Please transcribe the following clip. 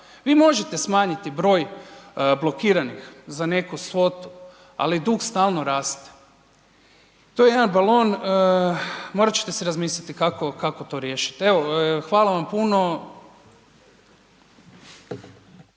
vi možete smanjiti broj blokiranih za neku svotu, ali dug stalno raste, to je jedan balon, morat ćete si razmisliti kako, kako to riješit, evo hvala vam puno.